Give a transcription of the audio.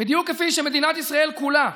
בדיוק כפי שמדינת ישראל כולה,